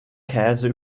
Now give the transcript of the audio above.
käse